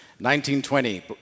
1920